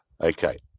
Okay